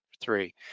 Three